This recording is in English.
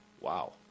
Wow